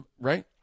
Right